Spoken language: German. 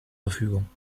verfügung